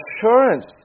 assurance